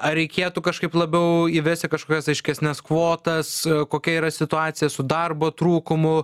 ar reikėtų kažkaip labiau įvesti kažkokias aiškesnes kvotas kokia yra situacija su darbo trūkumu